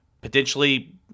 potentially